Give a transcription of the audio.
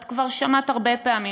את כבר שמעת הרבה פעמים,